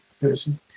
person